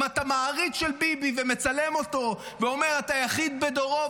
אם אתה מעריץ של ביבי ומצלם אותו ואומר: אתה היחיד בדורו,